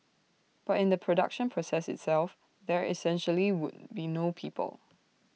but in the production process itself there essentially would be no people